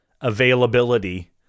availability